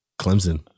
Clemson